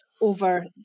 over